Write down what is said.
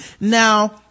Now